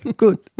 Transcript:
good.